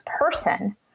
person